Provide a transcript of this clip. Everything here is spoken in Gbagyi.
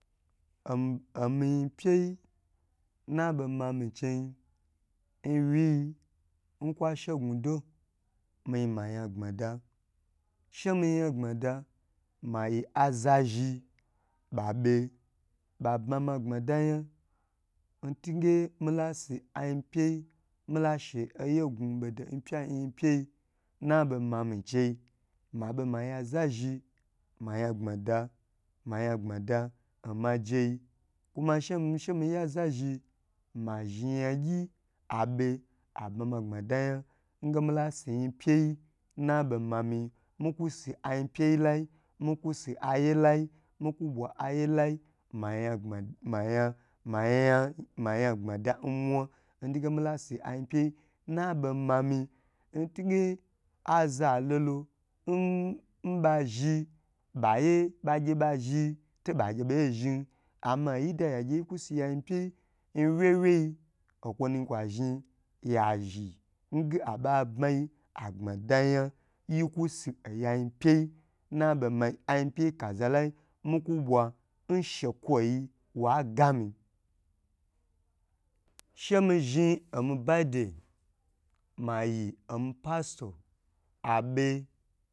Mi pye n nabe mami chei nwi nkwo she gnu do mima yan gdmada she mi yan gbma da mayi aza zhn babe ba bama gbmada yan ntunge mala si yi pye yi mila she ye gnu bodo n pya npyiyi nnabo mami chei ma be ma ya za zhi she miya za zhi ma yan gbmada mayan gbmada majeyi kuma shemi shemi ye za zhi mi zhi yagye abe abma ma gbmadayam nge milsi yi pyi nnabo ma mi miku si ayi pyi lai miku si aye lai muku bwa aya lai maya gbma maye maya gbmada mwa ntige milasi ayinpye naboma mi ntige aza lolo n nba zhi baye ba gye ba zhi to ba gye bai zhi ama oyi da ya gye yiku siya yin pyi nwye wye okwo nu zhi kwo zhn ya zhi nge abe abma yi gbma da ya yiku si oya yi pyi nnama ayin pye kaza lai miku bwa nshe kwoyi wagam, shemi zhn ami bai day mayi oni pastor